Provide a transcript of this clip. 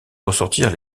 ressortir